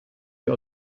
ihr